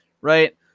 right